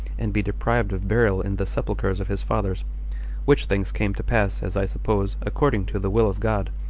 and be deprived of burial in the sepulchers of his fathers which things came to pass, as i suppose, according to the will of god,